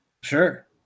Sure